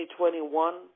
2021